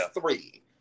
three